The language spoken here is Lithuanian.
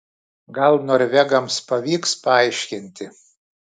gal norvegams pavyks paaiškinti